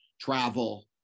travel